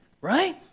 right